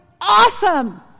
awesome